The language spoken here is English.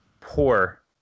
poor